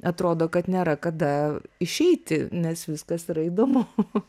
atrodo kad nėra kada išeiti nes viskas yra įdomu